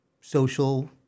social